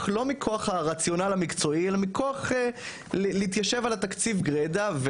לא מכוח הרציונל המקצועי אלא מכוח להתיישב על התקציב גרידא.